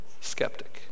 skeptic